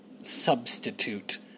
substitute